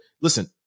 listen